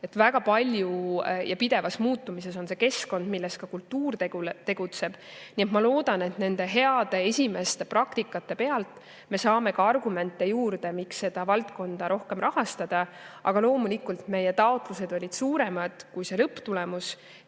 Väga palju ja pidevas muutumises on see keskkond, milles kultuur tegutseb. Nii et ma loodan, et selle hea esimese praktika pealt me saame argumente juurde, miks seda valdkonda rohkem rahastada. Aga loomulikult, meie taotlused olid suuremad kui see lõpptulemus,